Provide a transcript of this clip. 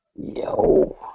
Yo